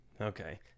Okay